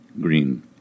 Green